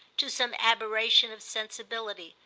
to some aberration of sensibility,